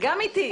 גם איתי.